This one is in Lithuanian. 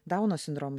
dauno sindromu